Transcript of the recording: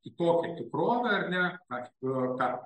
kitokią tikrovę ar ne tą